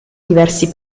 diversi